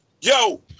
Yo